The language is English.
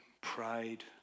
pride